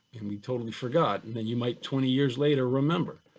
and we totally forgot and and you might, twenty years later remember.